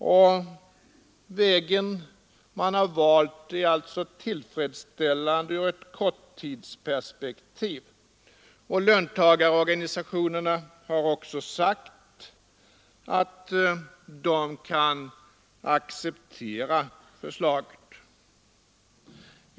Den väg man har valt är tillfredsställande ur ett korttidsperspektiv, och löntagarorganisationerna har också sagt att de kan acceptera förslaget.